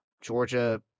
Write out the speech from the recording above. Georgia